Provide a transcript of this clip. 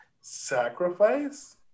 Sacrifice